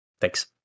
Thanks